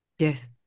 Yes